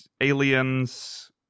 Aliens